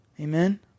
Amen